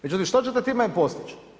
Međutim što ćete time postići?